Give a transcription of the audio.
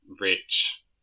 rich